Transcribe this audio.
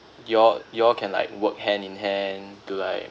y'all you all can like work hand in hand to like